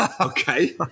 Okay